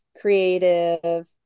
creative